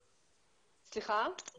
ויש אפילו